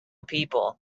people